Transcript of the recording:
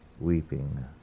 weeping